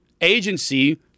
agency